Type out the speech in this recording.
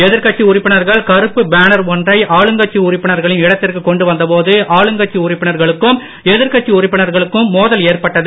எதிர்க்கட்சி உறுப்பினர்கள் கருப்பு பேனர் ஒன்றை ஆளுங்கட்சி உறுப்பினர்களின் இடத்திற்கு கொண்டுவந்தபோது ஆளுங்கட்சி உறுப்பினர்களுக்கும் எதிர்க்கட்சி உறுப்பினர்களுக்கும் மோதல் ஏற்பட்டது